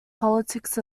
politics